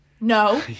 No